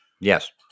Yes